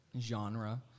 genre